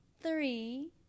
three